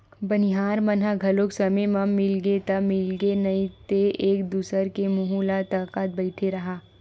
बनिहार मन ह घलो समे म मिलगे ता मिलगे नइ ते एक दूसर के मुहूँ ल ताकत बइठे रहा